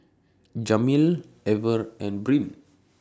Jameel Ever and Brynn